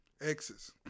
Exes